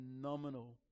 phenomenal